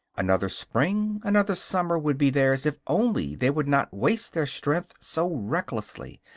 another spring, another summer, would be theirs if only they would not waste their strength so recklessly,